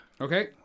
Okay